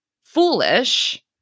foolish